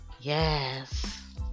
yes